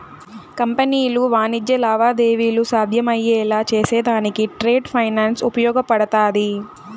కంపెనీలు వాణిజ్య లావాదేవీలు సాధ్యమయ్యేలా చేసేదానికి ట్రేడ్ ఫైనాన్స్ ఉపయోగపడతాది